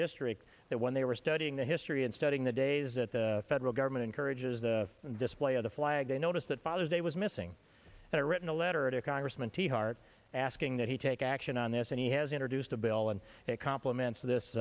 district that when they were studying the history and studying the days that the federal government encourages the display of the flag a notice that father's day was missing that written a letter to congressman tiahrt asking that he take action on this and he has introduced a bill and it compliments this